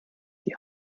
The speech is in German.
die